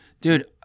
Dude